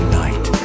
night